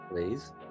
please